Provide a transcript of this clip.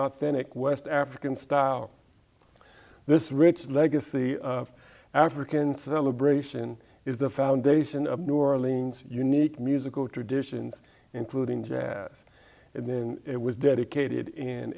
authentic west african style this rich legacy of african celebration is the foundation of new orleans unique musical traditions including jazz and then it was dedicated in